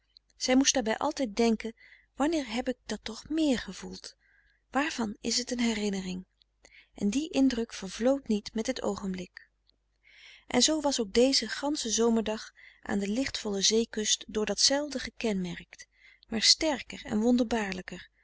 zij moest daarbij altijd denken wanneer heb ik dat toch meer gevoeld waarvan is het een herinnering en die indruk vervlood niet met het oogenblik en zoo was ook deze gansche zomerdag aan de lichtvolle zeekust door datzelfde gekenmerkt maar sterker en wonderbaarlijker